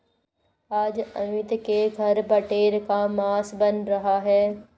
आज अमित के घर बटेर का मांस बन रहा है